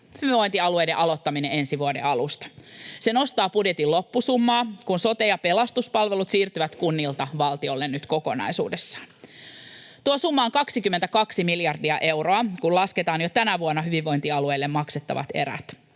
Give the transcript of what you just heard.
hyvinvointialueiden aloittaminen ensi vuoden alusta. Ne nostavat budjetin loppusummaa, kun sote- ja pelastuspalvelut siirtyvät kunnilta valtiolle nyt kokonaisuudessaan. Tuo summa on 22 miljardia euroa, kun lasketaan jo tänä vuonna hyvinvointialueille maksettavat erät.